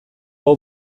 hau